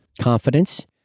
confidence